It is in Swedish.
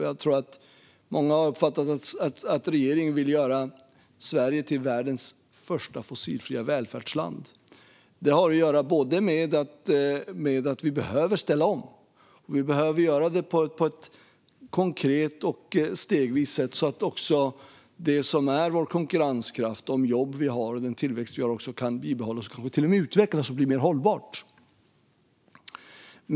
Jag tror att många har uppfattat att regeringen vill göra Sverige till världens första fossilfria välfärdsland. Det har att göra med att vi behöver ställa om. Vi behöver göra det på ett konkret och stegvis sätt, så att vår konkurrenskraft, de jobb vi har och den tillväxt vi har kan bibehållas och kanske till och med utvecklas och bli mer hållbara.